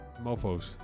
Mofos